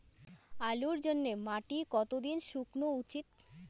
আলুর জন্যে মাটি কতো দিন শুকনো উচিৎ?